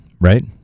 right